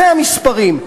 זה המספרים.